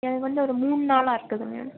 எனக்கு வந்து ஒரு மூணு நாளாக இருக்குதுங்க